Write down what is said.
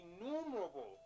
innumerable